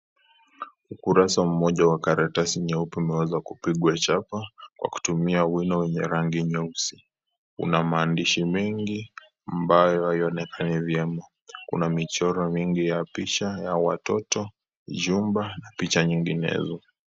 Ukurasa mmoja wa karatasi nyeupe umeweza kupigwa chapa kwa kutumia wino yenye rangi nyeusi. Kuna maandishi mengi ambayo haionekani vyema. Kuna michoro mingi ya picha ya watoto, jumba na picha nyinginezo.